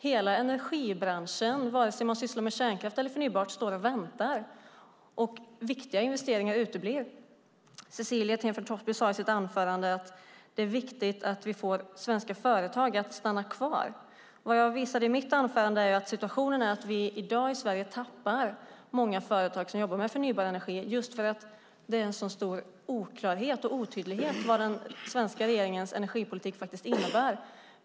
Hela energibranschen, vare sig man sysslar med kärnkraft eller förnybart, står och väntar, och viktiga investeringar uteblir. Cecilie Tenfjord-Toftby sade i sitt anförande att det är viktigt att vi får svenska företag att stanna kvar. Vad jag visade i mitt anförande är att situationen i dag i Sverige är den att vi tappar många företag som jobbar med förnybar energi just för att det råder en så stor oklarhet och otydlighet om vad den svenska regeringens energipolitik faktiskt innebär.